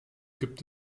gibt